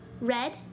red